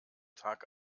tag